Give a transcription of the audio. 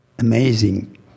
amazing